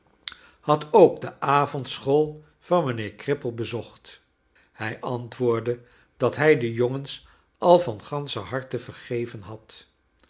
had ook de avondschool van mijnheer cripple bezocht hij antwoordde dat hij de jongens al van ganscher harte vergeven had